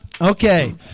Okay